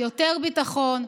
יותר ביטחון,